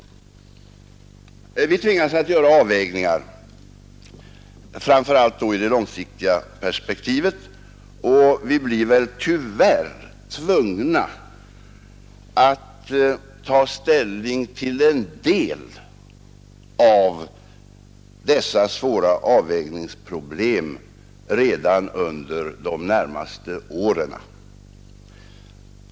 Vi tvingas att göra avvägningar, framför allt i det långsiktiga perspektivet, och vi blir väl tyvärr tvungna att ta ställning till en del av dessa svåra avvägningsproblem redan under de närmaste åren.